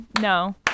no